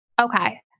Okay